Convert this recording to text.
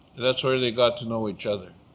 and that's where they got to know each other.